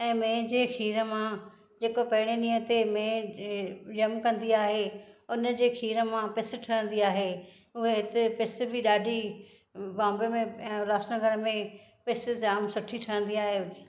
ऐं मेहि जे खीर मां जेको पहिरें ॾींहं ते मेहि ॼमु कंदी आहे हुन जे खीर मां पीस ठहंदी आहे हूअ हिते पीस बि ॾाढी बॉम्बे में उल्हास नगर में पीस जाम सुठी ठहंदी आहे